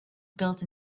built